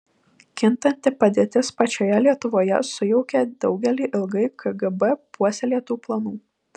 kintanti padėtis pačioje lietuvoje sujaukė daugelį ilgai kgb puoselėtų planų